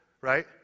right